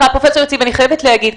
אני חייבת להגיד,